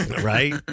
right